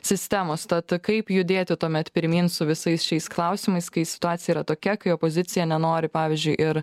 sistemos tad kaip judėti tuomet pirmyn su visais šiais klausimais kai situacija yra tokia kai opozicija nenori pavyzdžiui ir